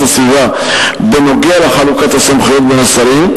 הסביבה בנוגע לחלוקת הסמכויות בין השרים,